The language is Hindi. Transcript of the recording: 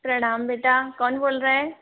प्रणाम बेटा कौन बोल रहा है